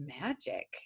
magic